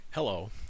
Hello